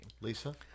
Lisa